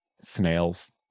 snails